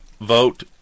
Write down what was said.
vote